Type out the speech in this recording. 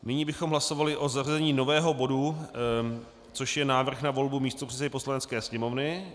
Nyní bychom hlasovali o zařazení nového bodu, což je Návrh na volbu místopředsedy Poslanecké sněmovny.